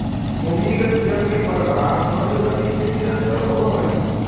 भूमिगत जल के प्रवाह मन्द गति से निरन्तर होवऽ हई